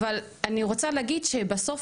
אבל אני רוצה להגיד שבסוף,